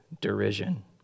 Derision